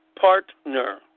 partner